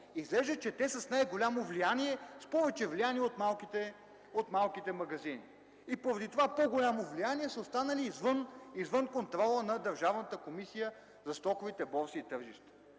Изглежда, че те са с повече влияние от малките магазини и поради това по-голямо влияние са останали извън контрола на Държавната комисия по стоковите борси и тържищата.